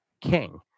king